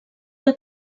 que